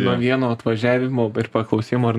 nuo vieno atvažiavimo ir paklausimo ar